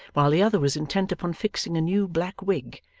while the other was intent upon fixing a new black wig,